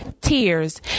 tears